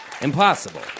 Impossible